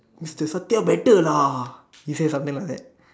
mister Fortier better lah he say something like that